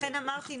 לכן אמרתי,